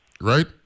Right